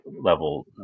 level